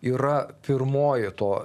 yra pirmoji to